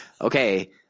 okay